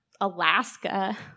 Alaska